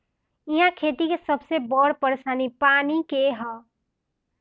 इहा खेती के सबसे बड़ परेशानी पानी के हअ